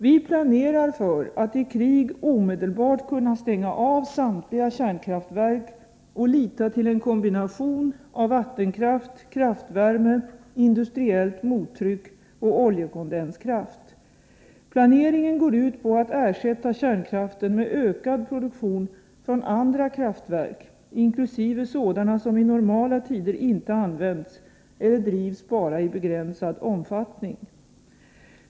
Vi planerar för att i krig omedelbart kunna stänga av samtliga kärnkraftverk och lita till en kombination av vattenkraft, kraftvärme, industriellt mottryck och oljekondenskraft. Planeringen går ut på att ersätta kärnkraften med ökad produktion från andra kraftverk inkl. sådana som i normala tider inte används eller drivs bara i begränsad omfattning.